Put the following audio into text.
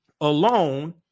alone